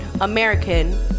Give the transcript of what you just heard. American